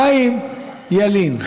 חיים ילין,